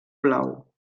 blau